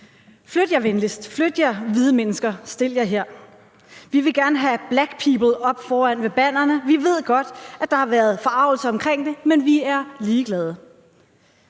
Flyt jer venligst. Flyt jer, hvide mennesker, stil jer her. Vi vil gerne have black people op foran ved bannerne. Vi ved godt, at der har været forargelse omkring det, men vi er ligeglade.